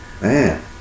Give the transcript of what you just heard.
Man